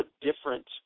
different